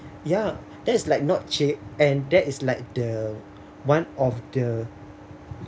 ya that's like not cheap and that is like the one of the